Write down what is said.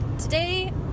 today